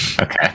Okay